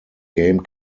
game